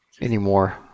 anymore